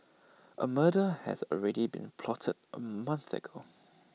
A murder has already been plotted A month ago